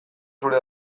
zure